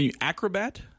acrobat